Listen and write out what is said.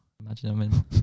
Imagine